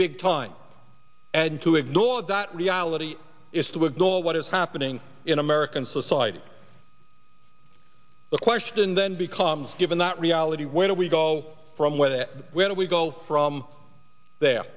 big time and to ignore that reality is to ignore what is happening in american society the question then becomes given that reality where do we go from where the where do we go from there